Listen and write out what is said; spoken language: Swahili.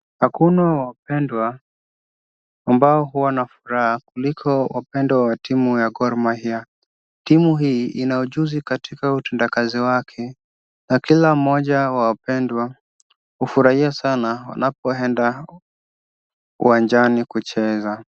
Hakuna wapendwa ambao huwa na furaha kuliko wapendwa wa timu ya Gor Maria. Timu hii ina ujuzi katika utendakazi wake. Na kila mmoja wa wapendwa hufurahia sana wanapoenda uwanjani kucheza.